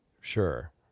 Sure